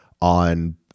on